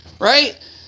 Right